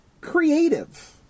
creative